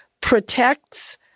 protects